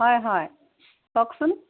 হয় হয় কওকচোন